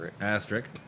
Asterisk